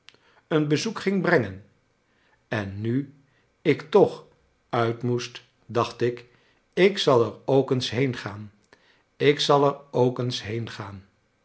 een bezoek ging brengen en nu ik toch uit moest dacht ik ik zal er ook eens heengaan ik zal er ook eens